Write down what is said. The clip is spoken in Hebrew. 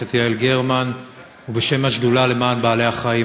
הכנסת יעל גרמן ובשם השדולה למען בעלי-החיים.